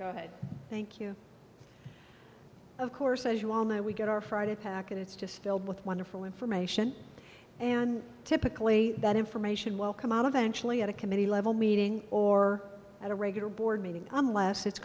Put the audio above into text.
basis thank you of course as you all know we get our friday pack and it's just filled with wonderful information and typically that information will come out eventually at a committee level meeting or at a regular board meeting unless it's